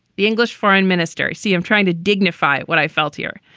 the english foreign minister. see, i'm trying to dignify what i felt here.